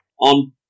on